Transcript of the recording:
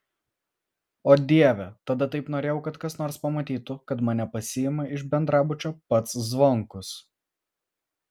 o dieve tada taip norėjau kad kas nors pamatytų kad mane pasiima iš bendrabučio pats zvonkus